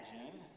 imagine